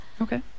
Okay